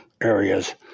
areas